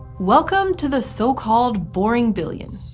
welcome to the so-called boring billion.